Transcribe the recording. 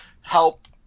help